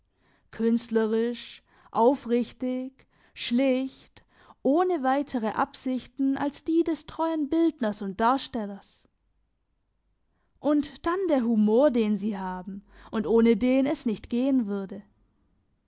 künstlerisch aufrichtig schlicht ohne weitere absichten als die des treuen bildners und darstellers und dann der humor den sie haben und ohne den es nicht gehen würde